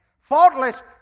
Faultless